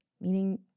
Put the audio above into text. meaning